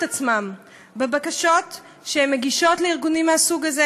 עצמן בבקשות שהן מגישות לארגונים מהסוג הזה.